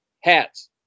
hats